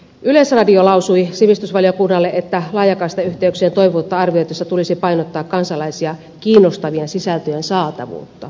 yleisradio lausui sivistysvaliokunnalle että laajakaistayhteyksien toimivuutta arvioitaessa tulisi painottaa kansalaisia kiinnostavien sisältöjen saatavuutta